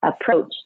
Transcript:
approach